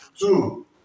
Two